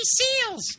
SEALs